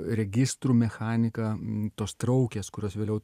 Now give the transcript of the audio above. registrų mechanika tos traukės kurios vėliau